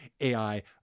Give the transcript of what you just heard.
AI